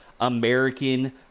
American